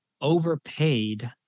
overpaid